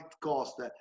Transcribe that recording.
cost